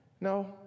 No